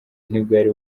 ntibwari